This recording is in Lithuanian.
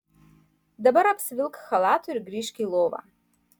dabar apsivilk chalatu ir grįžk į lovą